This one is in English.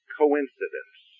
coincidence